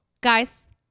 Guys